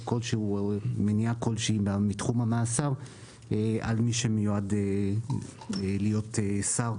כול שהוא או מניעה כול שהיא מתחום המאסר על מי שמיועד להיות שר,